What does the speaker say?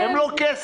הם לא כסף.